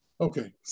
Okay